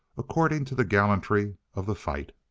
according to the gallantry of the fight.